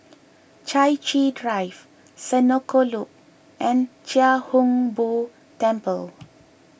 Chai Chee Drive Senoko Loop and Chia Hung Boo Temple